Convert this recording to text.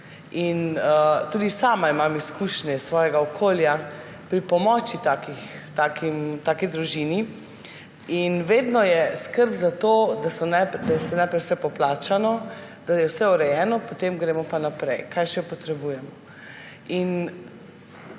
Tudi sama imam izkušnje iz svojega okolja pri pomoči taki družini in vedno je skrb za to, da je najprej vse poplačano, da je vse urejeno, potem gremo pa naprej, kaj še potrebujemo.